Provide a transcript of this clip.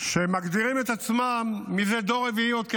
שמגדירים את עצמם זה דור רביעי עדיין כפליטים,